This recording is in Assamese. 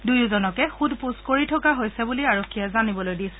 দুয়োজনকে সোধ পোছ কৰি থকা হৈছে বুলি আৰক্ষীয়ে জানিবলৈ দিছে